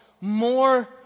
More